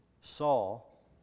Saul